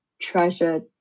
treasure